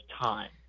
time